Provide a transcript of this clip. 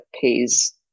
pays